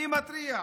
אני מתריע: